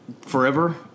forever